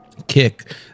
kick